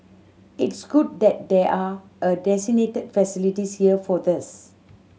it's good that there are a designated facilities here for this